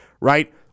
right